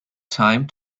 time